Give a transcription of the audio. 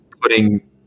putting